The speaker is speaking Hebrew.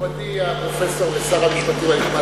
מכובדי הפרופסור ושר המשפטים הנכבד,